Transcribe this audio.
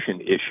issue